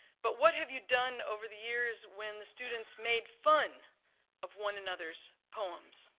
but what have you done over the years when the students made fun of one another's poems.